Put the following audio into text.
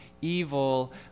evil